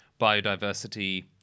biodiversity